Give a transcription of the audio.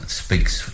speaks